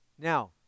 Now